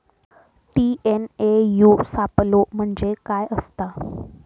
TNAU सापलो म्हणजे काय असतां?